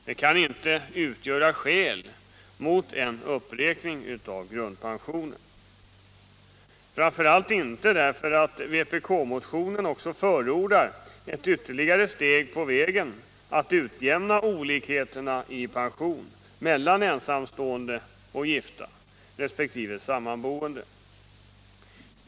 Det kan inte utgöra skäl mot en uppräkning av grundpensionen — framför allt inte därför att vpk-motionen också förordar ett ytterligare steg på vägen att utjämna olikheterna i pension mellan ensamstående och gifta resp. sammanboende.